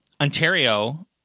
Ontario